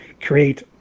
create